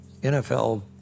nfl